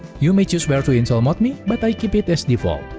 you may choose where to install modmii, but i keep it as default.